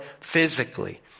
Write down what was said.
physically